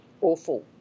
awful